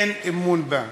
אין אמון בה.